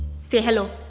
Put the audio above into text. say hello.